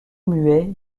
muets